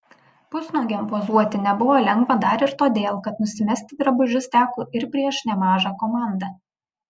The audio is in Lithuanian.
pusnuogiam pozuoti nebuvo lengva dar ir todėl kad nusimesti drabužius teko ir prieš nemažą komandą